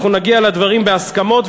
אנחנו נגיע לדברים בהסכמות.